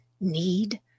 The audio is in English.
need